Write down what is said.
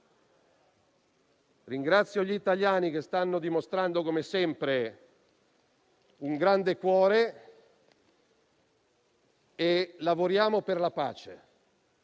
Ringrazio gli italiani che stanno dimostrando, come sempre, un grande cuore. Lavoriamo per la pace